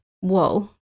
whoa